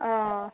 অঁ